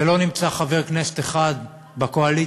ולא נמצא חבר כנסת אחד בקואליציה